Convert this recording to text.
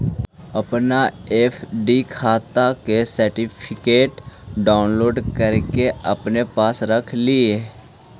अपन एफ.डी खाता के सर्टिफिकेट डाउनलोड करके अपने पास रख लिहें